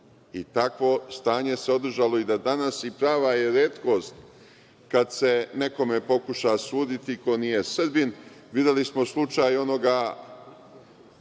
i takvo stanje se održalo i do danas i prava je retkost kad se nekome pokuša suditi ko nije Srbin. Videli smo slučaj onoga